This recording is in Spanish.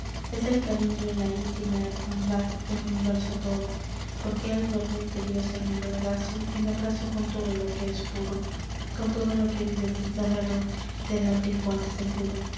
es el cariño la íntima hermandad del universo todo porque él duerme de dios en el regazo en abrazo con todo lo que es puro con todo lo que vive sin saberlo del abrigo al seguro